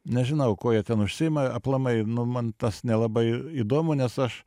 nežinau kuo jie ten užsiima aplamai nu man tas nelabai įdomu nes aš